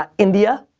um india?